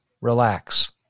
Relax